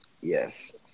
Yes